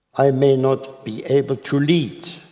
i may not be able to lead.